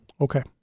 Okay